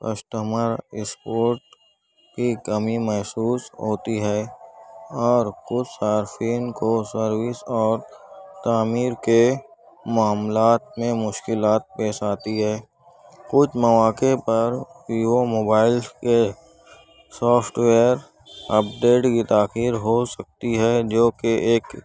customer support کی کمی محسوس ہوتی ہے اور کچھ صارفین کو سروس اور تعمیر کے معاملات میں مشکلات پیش آتی ہے کچھ مواقع پر ویوو موبائل کے سوفٹویئر اپڈیٹ کی تاخیر ہو سکتی ہے جوکہ ایک